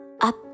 Up